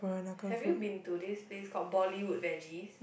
have you been to this this called Bollywood veggies